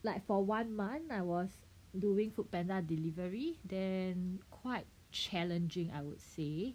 like for one month I was doing Foodpanda delivery then quite challenging I would say